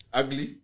ugly